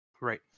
Right